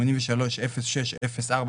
830604,